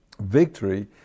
Victory